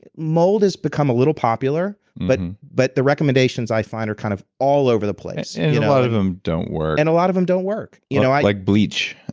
mold has become a little popular but and but the recommendations i find are kind of all over the place a lot of them don't work and a lot of them don't work you know like bleach